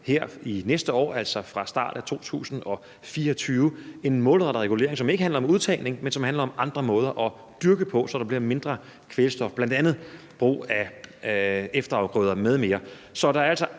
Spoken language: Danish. her næste år, altså fra starten af 2024. Det er en målrettet regulering, som ikke handler om udtagning, men som handler om andre måder at dyrke på, så der bliver mindre kvælstof, bl.a. brug af efterafgrøder m.m. Så der er altså